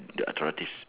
the authorities